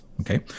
Okay